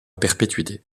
perpétuité